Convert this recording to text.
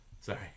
Sorry